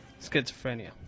schizophrenia